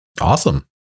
Awesome